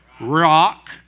rock